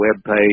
webpage